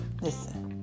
listen